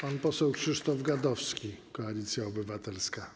Pan poseł Krzysztof Gadowski, Koalicja Obywatelska.